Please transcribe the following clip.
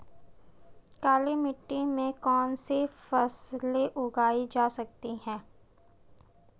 काली मिट्टी में कौनसी फसलें उगाई जा सकती हैं?